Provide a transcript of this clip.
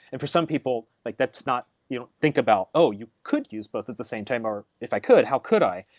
and for some people, like that's not you know think about, oh, you could use both at the same time, or if i could, how could i?